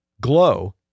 Glow